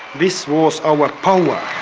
this was our power.